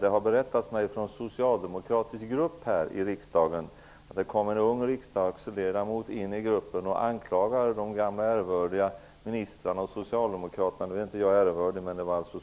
Det har från en socialdemokratisk grupp här i riksdagen berättats mig att det kom in en ung riksdagsman i gruppen och klagade på de gamla ärevördiga ministrarna och socialdemokraterna i övrigt. Jag är själv inte ärevördig, men jag talar här